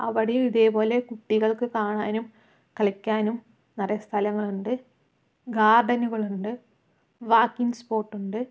അവിടെയും ഇതേപോലെ കുട്ടികൾക്ക് കാണാനും കളിക്കാനും നിറയെ സ്ഥലങ്ങളുണ്ട് ഗാർഡനുകളുണ്ട് വാക്കിംഗ് സ്പോട്ട് ഉണ്ട്